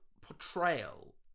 portrayal